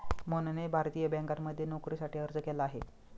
मोहनने भारतीय बँकांमध्ये नोकरीसाठी अर्ज केला आहे